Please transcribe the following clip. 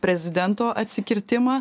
prezidento atsikirtimą